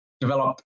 develop